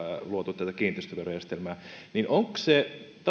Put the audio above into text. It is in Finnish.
luotu kiinteistöverojärjestelmää onko se sitten